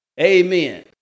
Amen